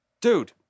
dude